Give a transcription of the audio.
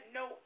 no